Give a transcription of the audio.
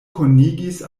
konigis